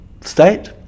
state